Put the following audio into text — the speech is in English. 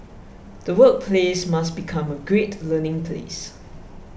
the workplace must become a great learning place